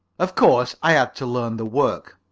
of course, i had to learn the work.